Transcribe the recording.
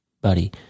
buddy